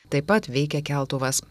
taip pat veikia keltuvas